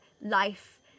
life